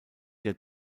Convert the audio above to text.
der